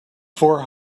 four